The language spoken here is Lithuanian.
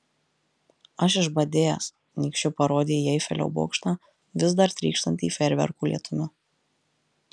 aš išbadėjęs nykščiu parodė į eifelio bokštą vis dar trykštantį fejerverkų lietumi